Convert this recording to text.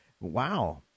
wow